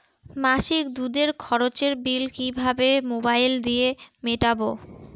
মাসিক দুধের খরচের বিল কিভাবে মোবাইল দিয়ে মেটাব?